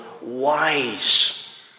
wise